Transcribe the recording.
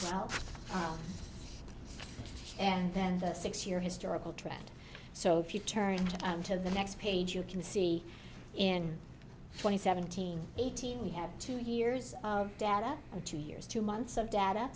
s and then the six year historical trend so if you turn to the next page you can see in twenty seventeen eighteen we have two years of data and two years two months of data